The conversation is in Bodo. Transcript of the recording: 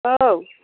औ